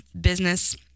business